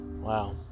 wow